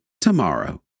tomorrow